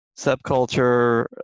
subculture